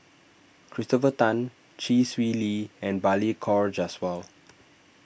Christopher Tan Chee Swee Lee and Balli Kaur Jaswal